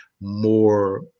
more